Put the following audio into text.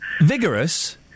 Vigorous